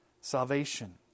salvation